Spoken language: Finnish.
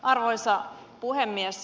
arvoisa puhemies